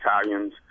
Italians